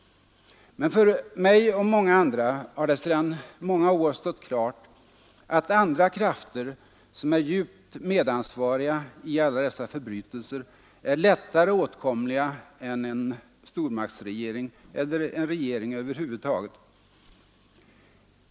Men för mig och många andra har det sedan många år stått klart att andra krafter, som är djupt medansvariga i alla dessa förbrytelser, är lättare åtkomliga än en stormaktsregering eller en regering över huvud taget.